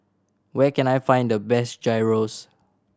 where can I find the best Gyros